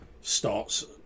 starts